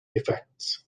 effects